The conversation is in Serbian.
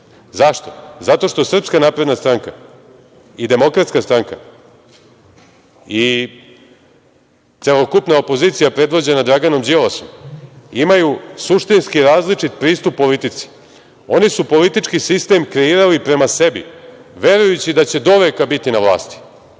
Zašto? Zato što SNS i DS i celokupna opozicija predvođena Draganom Đilasom imaju suštini različit pristup politici. Oni su politički sistem kreirali prema sebi, verujući da će doveka biti na vlasti,